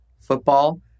football